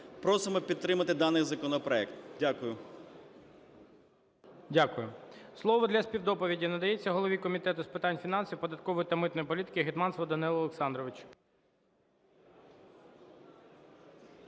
Просимо підтримати даний законопроект. Дякую. ГОЛОВУЮЧИЙ. Дякую. Слово для співдоповіді надається голові Комітету з питань фінансів, податкової та митної політики Гетманцеву Данилу Олександровичу.